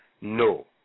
No